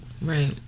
Right